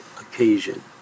occasion